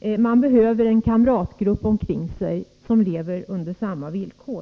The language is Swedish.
De Nr 52 behöver en kamratgrupp omkring sig som lever under samma villkor.